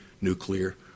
nuclear